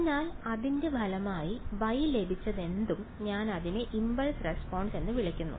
അതിനാൽ അതിന്റെ ഫലമായി Y ലഭിച്ചതെന്തും ഞാൻ അതിനെ ഇംപൾസ് റെസ്പോൺസ് എന്ന് വിളിക്കുന്നു